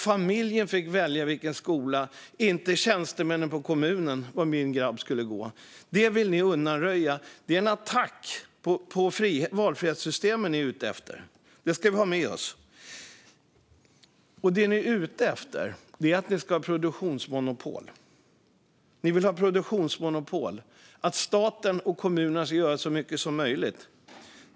Familjen, inte tjänstemännen på kommunen, fick välja var grabben skulle gå. Det vill ni undanröja. Det är en attack på valfrihetssystemet ni är ute efter. Det ska vi ha med oss. Det ni är ute efter är produktionsmonopol. Ni vill att staten och kommunerna ska göra så mycket som möjligt.